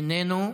איננו.